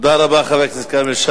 תודה רבה, חבר הכנסת שאמה.